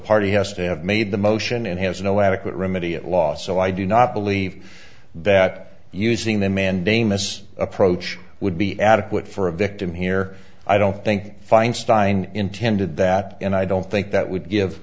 has to have made the motion and has no adequate remedy at law so i do not believe that using the mandamus approach would be adequate for a victim here i don't think feinstein intended that and i don't think that would give